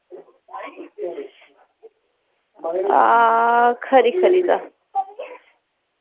आं खरी खरी तां